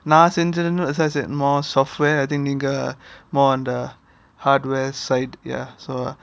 நான் செஞ்சது:nan senjathu more software I think அது நீங்க:adhu neenga more on the hardware side ya so